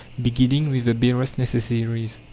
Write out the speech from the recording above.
beginning with the barest necessaries,